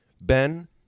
ben